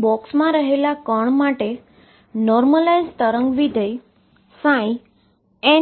તેથી બોક્સમાં રહેલા કણ માટે નોર્મલાઈઝ વેવ ફંક્શન